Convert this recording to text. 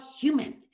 human